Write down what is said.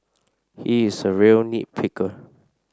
he is a real nit picker